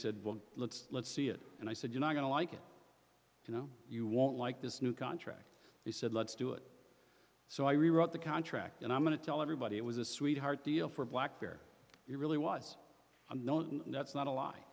said well let's let's see it and i said you're not going to like it you know you won't like this new contract he said let's do it so i rewrote the contract and i'm going to tell everybody it was a sweetheart deal for black bear it really was known that's not a lie